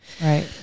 Right